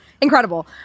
Incredible